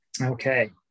Okay